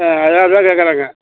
ஆ அதுதான் அதுதான் கேட்கறேங்க